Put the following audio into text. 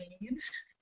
leaves